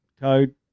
Code